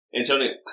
Antonio